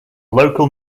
local